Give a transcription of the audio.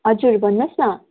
हजुर भन्नुहोस् न